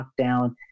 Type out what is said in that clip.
lockdown